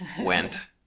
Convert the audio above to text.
went